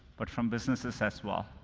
but from businesses as well.